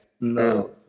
No